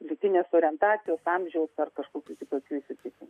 lytinės orientacijos amžiaus ar kažkokių kitokių įsitikinimų